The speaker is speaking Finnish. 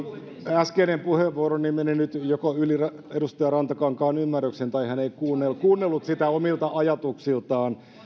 äskeinen puheenvuoroni meni nyt joko yli edustaja rantakankaan ymmärryksen tai hän ei kuunnellut sitä omilta ajatuksiltaan